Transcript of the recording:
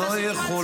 די להפריע, נו.